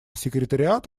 секретариат